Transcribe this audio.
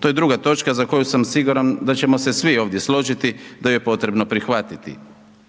To je druga točka za koju sam siguran da ćemo se svi ovdje složiti da ju je potrebno prihvatiti,